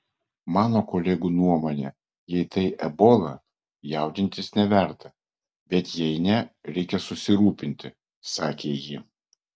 mano kolegų nuomone jei tai ebola jaudintis neverta bet jei ne reikia susirūpinti sakė ji